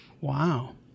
Wow